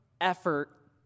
effort